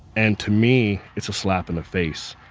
and to me it's a slap in the face.